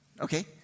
Okay